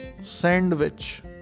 sandwich